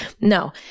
No